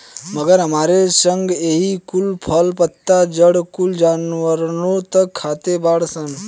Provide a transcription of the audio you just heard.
मगर हमरे संगे एही कुल फल, पत्ता, जड़ कुल जानवरनो त खाते बाड़ सन